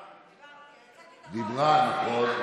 דיברתי.